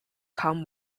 become